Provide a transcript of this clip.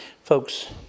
folks